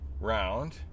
round